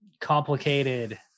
complicated